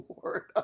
florida